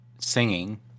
singing